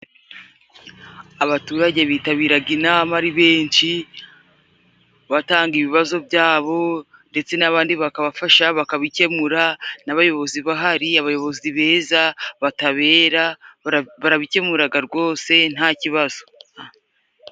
Abaturage bitabiraga inama ari benshi batanga ibibazo byabo, ndetse n'abandi bakabafasha bakabikemura, n'abayobozi bahari, abayobozi beza batabera barabikemuraga rwose nta kibazo.